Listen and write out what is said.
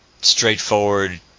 Straightforward